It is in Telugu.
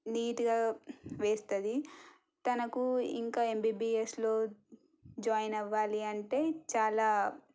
నీట్గా వేస్తుంది తనకు ఇంకా ఎంబీబీఎస్లో జాయిన్ అవ్వాలి అంటే చాలా